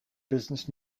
business